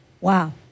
wow